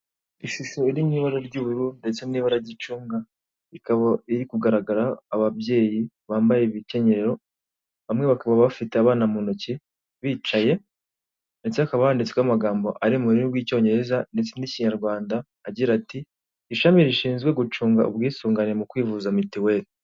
Ishusho iri mu ibara ry'ubururu ndetse n'ibara ry'icunga ikaba iri kugaragara ababyeyi bambaye imikenyerero bamwe bakaba bafite abana mu ntoki bicaye ndetse hakaba handitsetsweho amagambo ari mu rurimi rw'Icyongereza ndetse n'Ikinyarwanda agira ati: "ishami rishinzwe gucunga ubwisungane mu kwivuza mituweli."